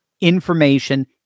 information